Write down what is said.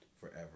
forever